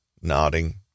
nodding